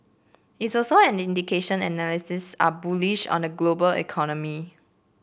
it's also an indication analysts are bullish on the global economy